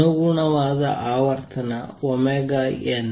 ಅನುಗುಣವಾದ ಆವರ್ತನ nn m